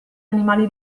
animali